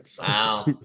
Wow